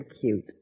cute